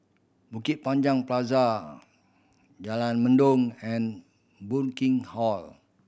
Bukit Panjang Plaza Jalan Mendong and Burkill Hall